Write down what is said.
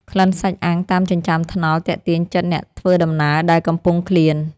ក្លិនសាច់អាំងតាមចិញ្ចើមថ្នល់ទាក់ទាញចិត្តអ្នកធ្វើដំណើរដែលកំពុងឃ្លាន។